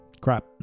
crap